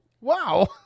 Wow